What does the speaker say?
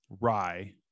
rye